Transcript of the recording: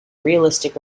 realistic